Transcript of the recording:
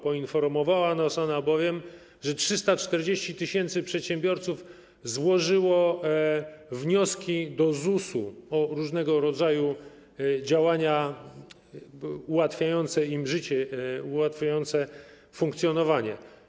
Poinformowała nas ona bowiem, że 340 tys. przedsiębiorców złożyło wnioski do ZUS-u o różnego rodzaju działania ułatwiające im życie, ułatwiające funkcjonowanie.